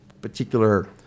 particular